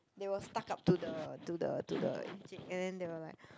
they will stuck up to the to the to the encik and then they will like